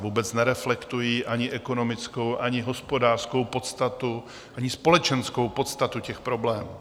Vůbec nereflektují ani ekonomickou, ani hospodářskou podstatu, ani společenskou podstatu problémů.